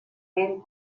vent